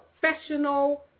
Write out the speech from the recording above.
professional